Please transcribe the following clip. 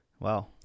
Wow